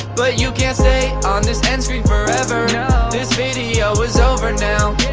but you can't stay on this endscreen forever this video is over now